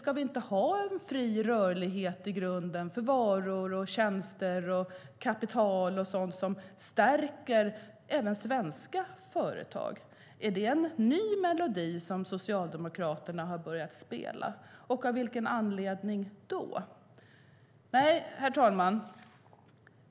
Ska vi inte ha en i grunden fri rörlighet för varor, tjänster, kapital och sådant som stärker även svenska företag? Är det en ny melodi som Socialdemokraterna har börjat spela, och av vilken anledning gör de i så fall det? Herr talman!